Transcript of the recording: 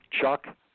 chuck